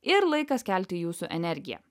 ir laikas kelti jūsų energiją